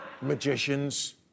magicians